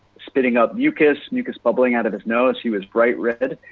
spitting out mucus, mucus bubbling out of his nose, he was bright red,